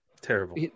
Terrible